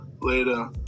later